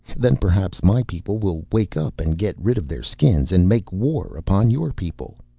then perhaps my people will wake up and get rid of their skins and make war upon your people.